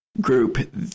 group